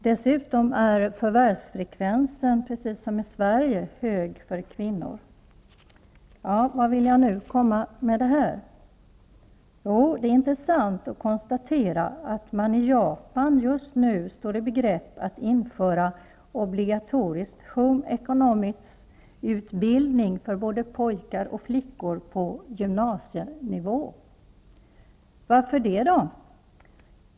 Dessutom är förvärvsfrekvensen i Japan, precis som i Sverige, hög för kvinnor. Vad vill jag nu komma med detta? Jo, det är intressant att konstatera att man i Japan just nu står i begrepp att införa obligatorisk utbildning i ''Home Economics'' för både pojkar och flickor på gymnasienivå. Varför det?